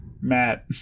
Matt